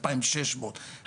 אלפיים שש מאות,